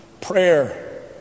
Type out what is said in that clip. Prayer